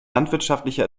landwirtschaftliche